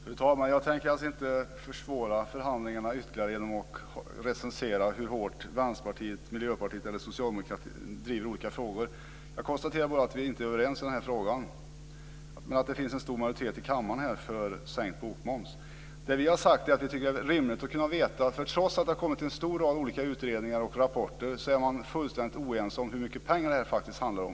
Fru talman! Jag tänker inte försvåra förhandlingarna ytterligare genom att recensera hur hårt Vänsterpartiet, Miljöpartiet eller Socialdemokraterna driver olika frågor. Jag konstaterar bara att vi inte är överens i den här frågan, men att det finns en stor majoritet i kammaren för sänkt bokmoms. Det vi har sagt är att vi tycker att det är rimligt att kunna veta vad det rör sig om. Trots att det har kommit en lång rad olika utredningar och rapporter är man fullständigt oense om hur mycket pengar det faktiskt handlar om.